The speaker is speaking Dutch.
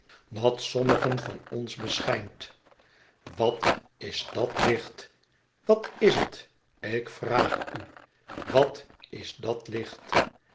dat sommigen van ons beschijnt wat is dat licht wat is het ik vraag u wat is dat licht